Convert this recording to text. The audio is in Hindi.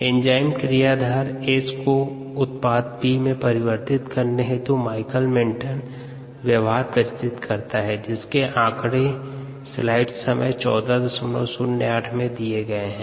एंजाइम क्रियाधार S को उत्पाद P में परिवर्तित करने हेतु माइकलिस मेन्टेन व्यव्हार प्रस्तुत करता है जिसके आंकड़े स्लाइड समय 1408 में दिये गये है